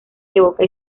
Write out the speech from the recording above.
evoca